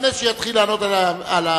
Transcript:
לפני שיתחיל לענות על השאלות,